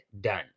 done